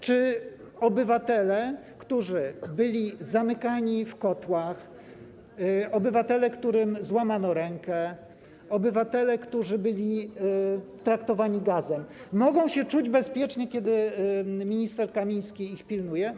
Czy obywatele, którzy byli zamykani w kotłach, obywatele, którym łamano ręce, obywatele, którzy byli traktowani gazem, mogą czuć się bezpiecznie, kiedy minister Kamiński ich pilnuje?